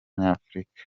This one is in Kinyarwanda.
nyafurika